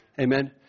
Amen